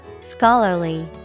Scholarly